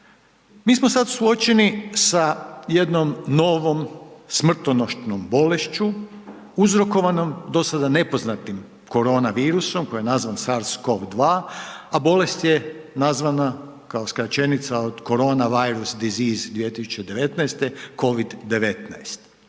Mi smo sad suočeni sa jednom novom smrtonosnom bolešću uzrokovanom dosada nepoznatim koronavirusom, koja je nazvan SARS-CoV-2, a bolest je nazvana, kao skraćenica od Coronavirus disease 2019., COVID-19.